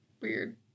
weird